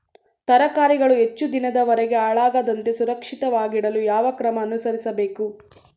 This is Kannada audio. ತರಕಾರಿಗಳು ಹೆಚ್ಚು ದಿನದವರೆಗೆ ಹಾಳಾಗದಂತೆ ಸುರಕ್ಷಿತವಾಗಿಡಲು ಯಾವ ಕ್ರಮ ಅನುಸರಿಸಬೇಕು?